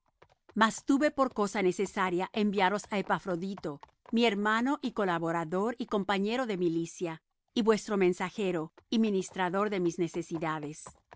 mas tuve por cosa necesaria enviaros á epafrodito mi hermano y colaborador y compañero de milicia y vuestro mensajero y ministrador de mis necesidades